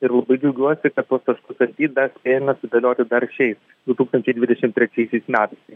ir labai džiaugiuosi kad tuos taškus ant i dar spėjome sudėlioti dar šiais du tūkstančiai dvidešim trečiaisiais metais